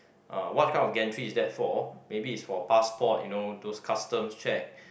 uh what kind of gantry is that for maybe is for passport you know those customs check